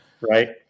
Right